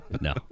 No